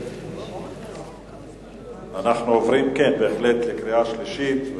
אנחנו עוברים לקריאה שלישית.